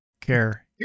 care